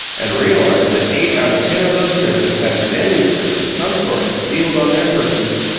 and realized that eight out of ten of those present had manuscripts of some sort concealed on their persons,